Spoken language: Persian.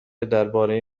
درباره